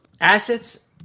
assets